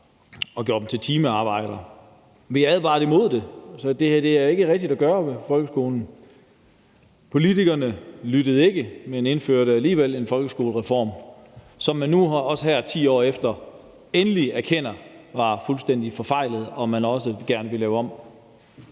og gjorde dem til timearbejdere. Vi advarede imod det, altså at det her er ikke rigtigt at gøre ved folkeskolen. Politikerne lyttede ikke, men de indførte alligevel en folkeskolereform, som man nu her 10 år efter endelig erkender var fuldstændig forfejlet, og som man også gerne vil lave om.